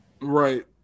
right